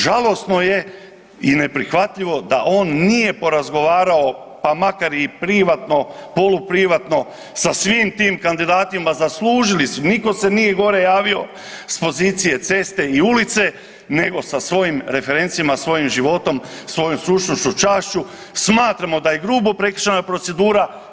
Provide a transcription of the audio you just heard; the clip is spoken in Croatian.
Žalosno je i neprihvatljivo da on nije porazgovarao, pa makar i privatno, poluprivatno sa svim tim kandidatima, zaslužili su, nitko se nije gore javio s pozicije ceste i ulice nego sa svojim referencijama, svojim životom, svojom stručnošću, čašću, smatramo da je grubo prekršena procedura.